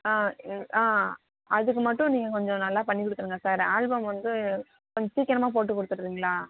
இல் அதுக்கு மட்டும் நீங்கள் கொஞ்சம் நல்லா பண்ணி கொடுத்துருங்க சார் ஆல்பம் வந்து கொஞ்சம் சீக்கிரமாக போட்டு கொடுத்துருவிங்களா